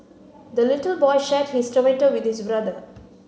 the little boy shared his tomato with his brother